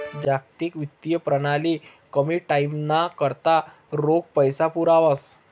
जागतिक वित्तीय प्रणाली कमी टाईमना करता रोख पैसा पुरावस